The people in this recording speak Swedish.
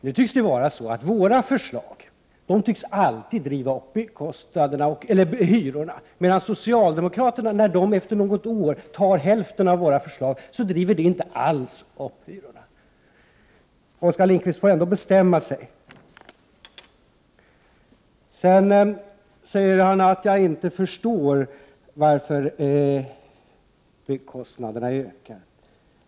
Det tycks vara så att våra förslag alltid driver upp hyrorna, men när socialdemokraterna efter något år tar hälften av våra förslag driver det inte alls upp hyrorna. Oskar Lindkvist får ändå bestämma sig. Sedan säger Oskar Lindkvist att jag inte förstår varför kostnaderna ökar.